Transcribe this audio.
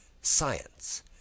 science